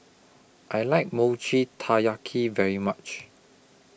I like Mochi Taiyaki very much